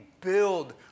build